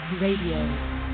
Radio